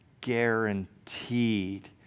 Guaranteed